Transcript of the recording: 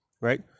right